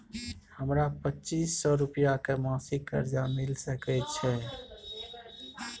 हमरा पच्चीस सौ रुपिया के मासिक कर्जा मिल सकै छै?